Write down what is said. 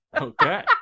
Okay